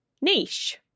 niche